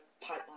pipeline